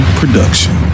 production